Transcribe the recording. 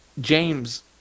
James